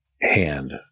hand